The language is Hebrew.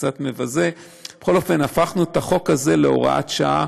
קצת מבזה, בכל אופן, הפכנו את החוק הזה להוראת שעה